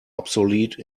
obsolete